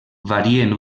varien